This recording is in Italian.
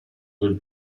del